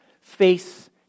face